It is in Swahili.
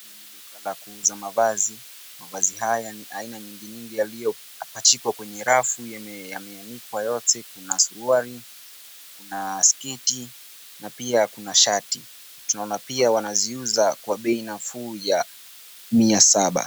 Duka la kuuza mavazi. Mavazi haya ni aina nyinyi nyingi yaliyopajikwa kwenye rafu. Yameanikwa yote kuna suruali, kuna sketi na pia kuna shati. Tunaona pia wanaziuza kwa bei nafuu ya mia saba.